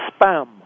spam